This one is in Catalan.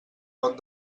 pot